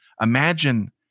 imagine